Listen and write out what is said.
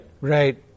Right